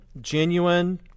genuine